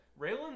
Raylan